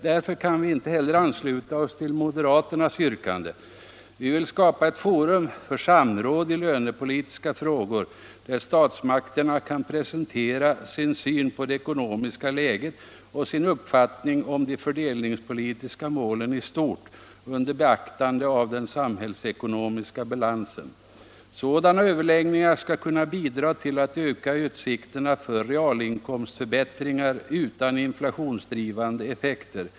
Därför kan vi inte ansluta oss till moderaternas yrkande. Vi vill skapa ett forum för samråd i lönepolitiska frågor, där statsmakterna kan presentera sin syn på det ekonomiska läget och sin uppfattning om de fördelningspolitiska målen i stort under beaktande av den samhällsekonomiska balansen. Sådana överläggningar skulle kunna bidra till att öka utsikterna för realinkomstförbättringar utan inflationspådrivande effekter.